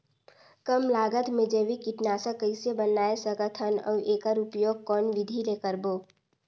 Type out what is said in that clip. कम लागत मे जैविक कीटनाशक कइसे बनाय सकत हन अउ एकर उपयोग कौन विधि ले करबो?